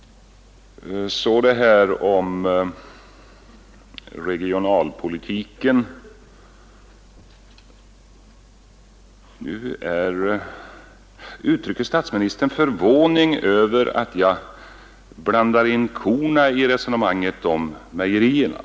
Så några ord om regionalpolitiken. Statsministern uttrycker förvåning över att jag blandar in korna i resonemanget om mejerierna.